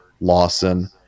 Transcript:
Lawson